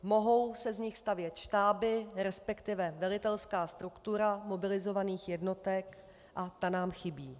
Mohou se z nich stavět štáby, resp. velitelská struktura mobilizovaných jednotek, a ta nám chybí.